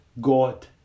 God